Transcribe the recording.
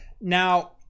Now